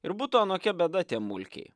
ir būtų anokia bėda tie mulkiai